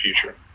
future